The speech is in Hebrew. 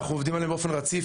ואנחנו עובדים עליהם באופן רציף.